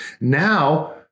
Now